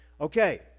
Okay